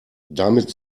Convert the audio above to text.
damit